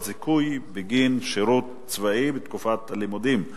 זיכוי בגין שירות צבאי בתקופת הלימודים),